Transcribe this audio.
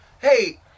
hey